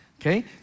Okay